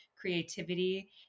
creativity